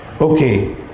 Okay